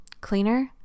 Cleaner